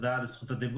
תודה על זכות הדיבור.